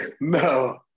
No